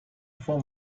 for